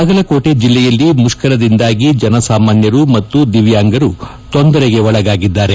ಬಾಗಲಕೋಟೆ ಜಿಲ್ಲೆಯಲ್ಲೂ ಮುಷ್ಕರದಿಂದಾಗಿ ಜನಸಾಮಾನ್ಯರು ಮತ್ತು ದಿವ್ಯಾಂಗರು ತೊಂದರೆಗೆ ಒಳಗಾಗಿದ್ದಾರೆ